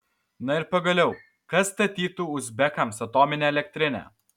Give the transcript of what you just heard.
na ir pagaliau kas statytų uzbekams atominę elektrinę